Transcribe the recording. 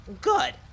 Good